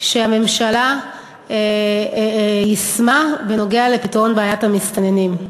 שהממשלה יישמה בנוגע לפתרון בעיית המסתננים.